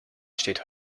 steht